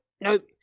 nope